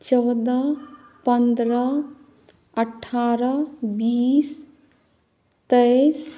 चौदह पन्द्रह अठारह बीस तेइस